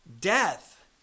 death